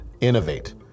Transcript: innovate